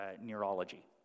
neurology